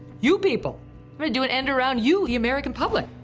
you people going to do an end around you, the american public.